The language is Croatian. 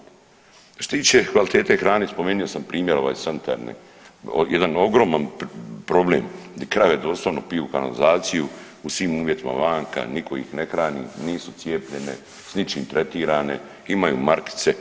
Što se tiče kvalitete hrane spomenuo sam primjer sanitarne jedan ogroman problem gdje krave doslovno piju kanalizaciju u svim uvjetima vanka, niko ih ne hrani, nisu cijepljene, s ničim tretirane, imaju markice.